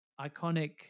iconic